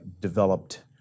developed